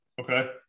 Okay